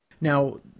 Now